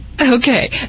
Okay